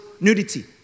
nudity